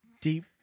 deep